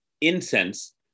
incense